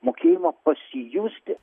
mokėjimą pasijusti